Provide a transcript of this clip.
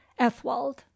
ethwald